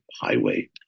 highway